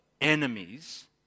enemies